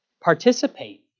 participate